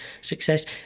success